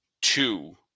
two